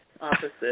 Opposite